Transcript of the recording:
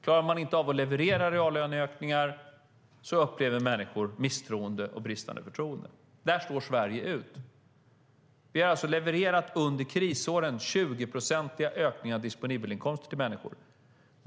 Klarar man inte av att leverera reallöneökningar upplever människor misstroende och bristande förtroende. Där står Sverige ut. Vi har under krisåren levererat 20-procentiga ökningar av människors disponibelinkomst.